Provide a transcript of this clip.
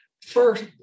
First